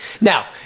Now